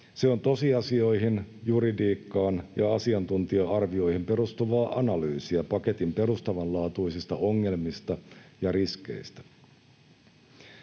Se on tosiasioihin, juridiikkaan ja asiantuntija-arvioihin perustuvaa analyysiä paketin perustavanlaatuisista ongelmista ja riskeistä.